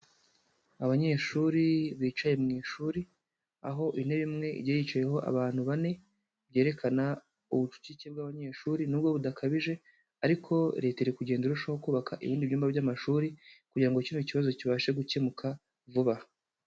Abanyeshuri bicaye mu ishuri, aho intebe imwe igiye yicayeho abantu bane, byerekana ubucucike bw'abanyeshuri nubwo budakabije, ariko Leta iri kugenda irushaho kubaka ibindi byumba by'amashuri, kugira ngo kino kibazo kibashe gukemuka vuba.